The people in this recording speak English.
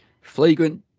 Flagrant